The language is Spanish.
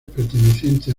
pertenecientes